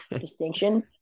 distinction